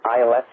ILS